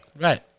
Right